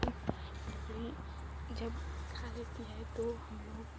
फिर बकरी जब खा लेती है तो हमलोग